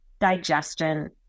digestion